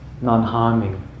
non-harming